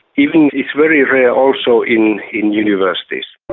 even it's very rare also in in universities.